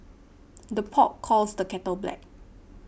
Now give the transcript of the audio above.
the pot calls the kettle black